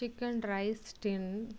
chicken rice ten